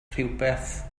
rhywbeth